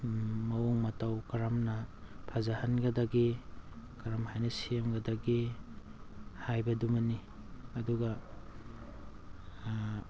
ꯃꯑꯣꯡ ꯃꯇꯧ ꯀꯔꯝꯅ ꯐꯖꯍꯟꯒꯗꯒꯦ ꯀꯔꯝ ꯍꯥꯏꯅ ꯁꯦꯝꯒꯗꯒꯦ ꯍꯥꯏꯕꯗꯨꯃꯅꯤ ꯑꯗꯨꯒ